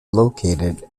located